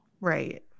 Right